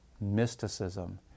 mysticism